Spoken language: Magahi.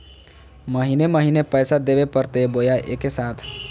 महीने महीने पैसा देवे परते बोया एके साथ?